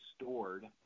stored